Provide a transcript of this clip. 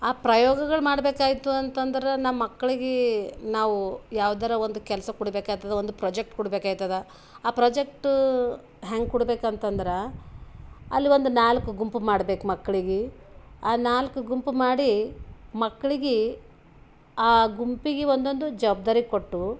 ಆ ಪ್ರಯೋಗಗಳು ಮಾಡಬೇಕಾಯ್ತು ಅಂತಂದ್ರೆ ನಮ್ಮ ಮಕ್ಳಿಗೆ ನಾವು ಯಾವ್ದಾರ ಒಂದು ಕೆಲಸ ಕೊಡ್ಬೇಕಾಗ್ತದ ಒಂದು ಪ್ರೊಜೆಕ್ಟ್ ಕೊಡ್ಬೇಕಾಯ್ತದ ಆ ಪ್ರೊಜೆಕ್ಟ್ ಹ್ಯಾಂಗ ಕೊಡ್ಬೇಕು ಅಂತಂದ್ರೆ ಅಲ್ಲಿ ಒಂದು ನಾಲ್ಕು ಗುಂಪು ಮಾಡ್ಬೇಕು ಮಕ್ಳಿಗೆ ಆ ನಾಲ್ಕು ಗುಂಪು ಮಾಡಿ ಮಕ್ಳಿಗೆ ಆ ಗುಂಪಿಗೆ ಒಂದೊಂದು ಜವಬ್ದಾರಿ ಕೊಟ್ಟು